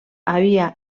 havia